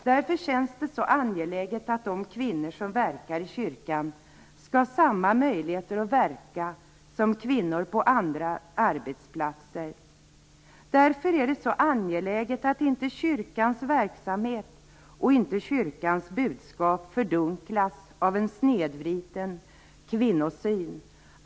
Därför känns det så angeläget att de kvinnor som verkar i kyrkan, skall ha samma möjligheter att verka som kvinnor på andra arbetsplatser. Därför är det också angeläget att inte kyrkans verksamhet och budskap fördunklas av en snedvriden kvinnosyn.